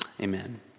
Amen